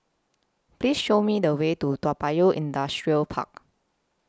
Please Show Me The Way to Toa Payoh Industrial Park